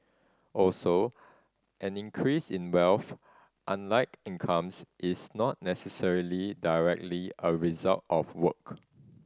also an increase in wealth unlike incomes is not necessarily directly a result of work